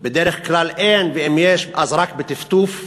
בדרך כלל אין, ואם יש, אז רק בטפטוף.